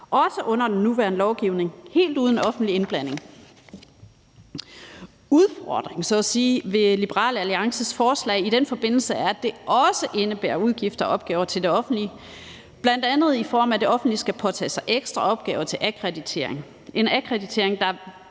også under den nuværende lovgivning, helt uden offentlig indblanding. Udfordringen ved Liberal Alliances forslag i den forbindelse er, at det også indebærer udgifter og opgaver for det offentlige, bl.a. i form af at det offentlige skal påtage sig ekstra opgaver med akkreditering, der